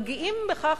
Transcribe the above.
מגיעים בכך,